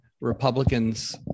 Republicans